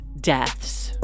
deaths